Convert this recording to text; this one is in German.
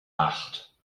acht